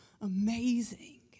amazing